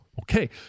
Okay